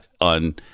on